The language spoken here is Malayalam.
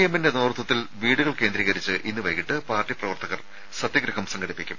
എമ്മിന്റെ നേതൃത്വത്തിൽ വീടുകൾ കേന്ദ്രീകരിച്ച് ഇന്ന് വൈകിട്ട് പാർട്ടി പ്രവർത്തകർ സത്യഗ്രഹം സംഘടിപ്പിക്കും